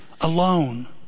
Alone